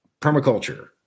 permaculture